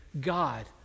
God